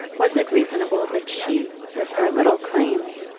was it reasonable that she with her little claims,